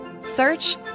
Search